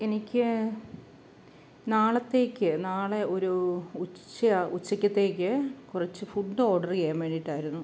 എനിക്ക് നാളത്തേക്ക് നാളെ ഒരു ഉച്ചയാ ഉച്ചക്കത്തേക്ക് കുറച്ച് ഫുഡ് ഓഡറെയ്യാന് വേണ്ടിയിട്ടായിരുന്നു